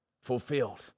fulfilled